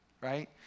right